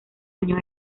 año